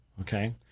Okay